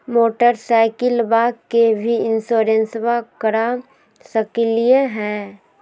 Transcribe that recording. मोटरसाइकिलबा के भी इंसोरेंसबा करा सकलीय है?